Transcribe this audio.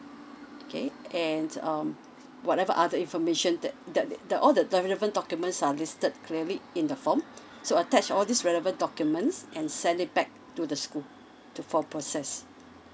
okay and um whatever other information that that that the all the relevant documents are listed clearly in the form so attach all these relevant documents and send it back to the school to for process